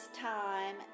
time